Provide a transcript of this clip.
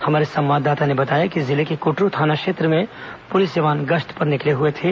हमारे संवाददाता ने बताया कि जिले के कुटरू थाना क्षेत्र में पुलिस जवान गश्त पर निकले थे